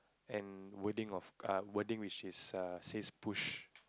and wording of err wording which is err says push